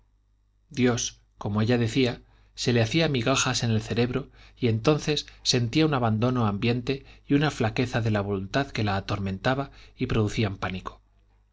dios como decía ella se le hacía migajas en el cerebro y entonces sentía un abandono ambiente y una flaqueza de la voluntad que la atormentaban y producían pánico